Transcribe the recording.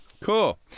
Cool